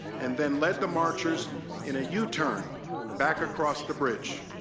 and then led the marchers in a yeah u-turn back across the bridge.